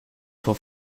for